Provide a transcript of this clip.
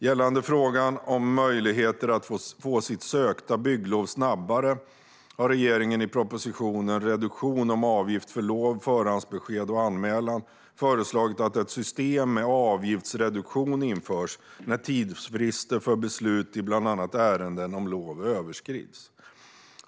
Gällande frågan om möjligheter att få sitt sökta bygglov snabbare har regeringen i propositionen Reduktion av avgift för lov, förhandsbesked och anmälan föreslagit att ett system med avgiftsreduktion införs när tidsfrister för beslut i bland annat ärenden om lov överskrids.